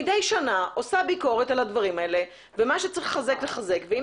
מידי שנה עושה ביקרות על הדברים ומה שצריך לחזק לחזק ואם